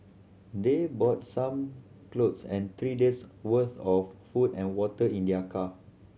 they brought some clothes and three days'worth of food and water in their car